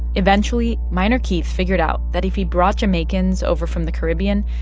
eventually, minor keith figured out that if he brought jamaicans over from the caribbean,